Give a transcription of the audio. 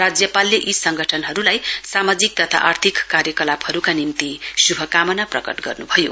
राज्यपालले यी संगठनहरूलाई सामाजिक तथा आर्थिक कार्यकलापहरूका निम्ति श्भकामना प्रकट गर्न्भयो